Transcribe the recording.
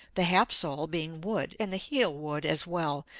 the half-sole being wood and the heel wood, as well,